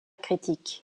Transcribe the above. critique